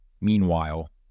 Meanwhile